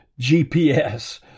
GPS